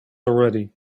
already